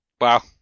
Wow